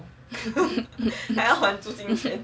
um